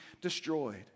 destroyed